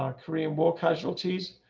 um korean war casualties.